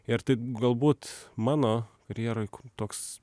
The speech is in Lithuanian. ir tai galbūt mano karjeroj toks